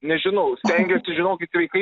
nežinau stengiuosi žinokit sveikai